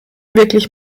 wirklich